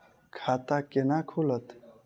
खाता केना खुलत?